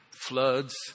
floods